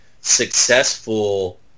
successful –